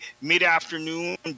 mid-afternoon